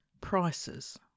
Prices